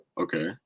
Okay